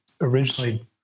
originally